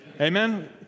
Amen